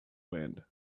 wind